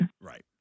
Right